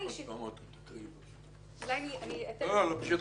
עוד פעם תקריא את זה.